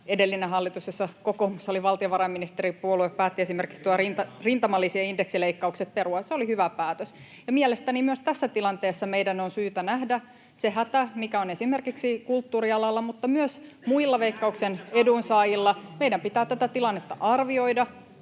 edellinen hallitus, jossa kokoomus oli valtiovarainministeripuolue, päätti esimerkiksi rintamalisien indeksileikkaukset perua. Se oli hyvä päätös. Mielestäni myös tässä tilanteessa meidän on syytä nähdä se hätä, mikä on esimerkiksi kulttuurialalla [Ben Zyskowicz: Ette nähnyt sitä kaksi viikkoa sitten!] mutta myös muilla Veikkauksen edunsaajilla. Meidän pitää tätä tilannetta arvioida